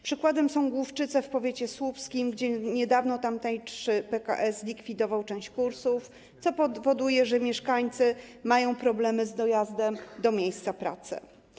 Przykładem są Główczyce w powiecie słupskim, gdzie niedawno tamtejszy PKS zlikwidował część kursów, co spowodowało, że mieszkańcy mają problemy z dojazdem do miejsca pracy.